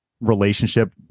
relationship